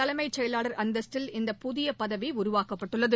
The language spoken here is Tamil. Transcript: தலைமைச்செயலாளர் அந்தஸ்தில் இந்த புதிய பதவி உருவாக்கப்பட்டுள்ளது